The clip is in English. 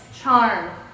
charm